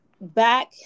Back